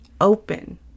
open